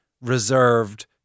reserved